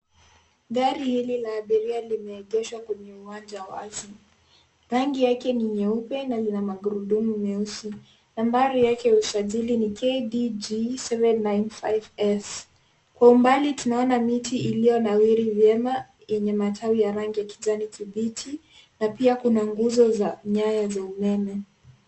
Gari hili la abiria limeegeshwa kwenye uwanja wazi. Rangi yake ni nyeupe na lina magurudumu meusi. Nambari yake ya usajili ni KDG 795S. Kwa umbali tunaona miti iliyonawiri vyema yenye matawi ya rangi ya kijani kibichi, na pia kuna nguzo za nyaya za umeme.